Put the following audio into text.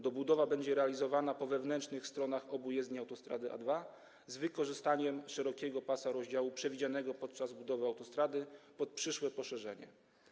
Dobudowa będzie realizowana po wewnętrznych stronach obu jezdni autostrady A2 z wykorzystaniem szerokiego pasa rozdziału przewidzianego podczas budowy autostrady pod przyszłe poszerzenie.